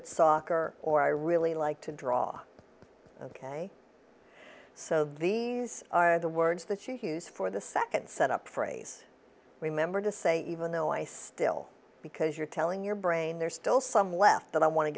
at soccer or i really like to draw ok so these are the words that she use for the second set up phrase remember to say even though i still because you're telling your brain there's still some left that i want to